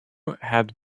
had